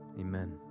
amen